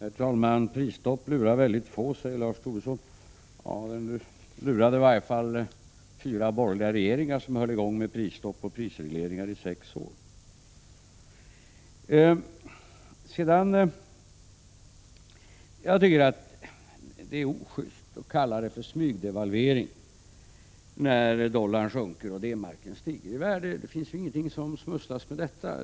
Herr talman! Prisstopp lurar väldigt få, säger Lars Tobisson. Ja, det lurade i varje fall fyra borgerliga regeringar, som höll i gång med prisstopp och prisregleringar i sex år. Jag tycker det är ojust att kalla det för smygdevalvering när dollarn sjunker och D-Marken stiger i värde. Det smusslas ju inte med detta.